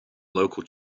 local